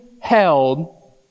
held